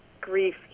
grief